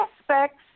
aspects